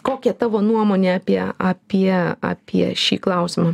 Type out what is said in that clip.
kokia tavo nuomonė apie apie apie šį klausimą